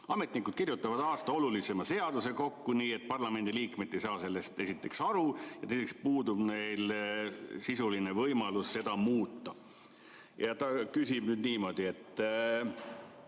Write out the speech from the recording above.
Ametnikud kirjutavad aasta olulisima seaduse kokku nii, et parlamendi liikmed ei saa sellest esiteks aru ja teiseks puudub neil sisuline võimalus seda muuta." Ta küsib nüüd niimoodi: "Kui